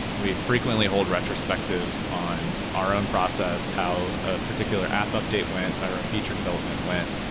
we frequently hold retrospectives on our own process how a particular app update went or a feature development went.